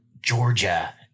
Georgia